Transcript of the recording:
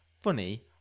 funny